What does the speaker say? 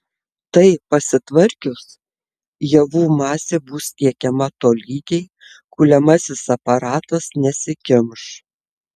tai pasitvarkius javų masė bus tiekiama tolygiai kuliamasis aparatas nesikimš